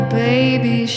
baby